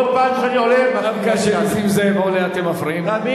כל פעם שאני עולה, אם זאב עולה אתם מפריעים לו?